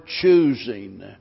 choosing